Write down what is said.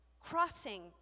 crossing